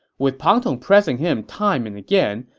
with pang tong pressing him time and again,